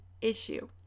issue